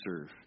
serve